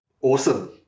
Awesome